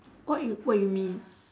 what you what you mean